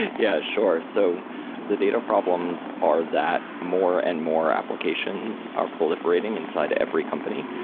yeah, sure. so the data problems are that more and more applications are proliferating inside every company.